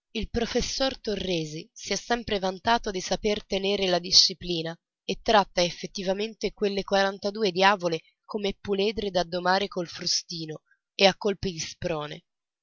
il professor torresi si è sempre vantato di saper tenere la disciplina e tratta effettivamente quelle quarantadue diavole come puledre da domar col frustino e a colpi di sprone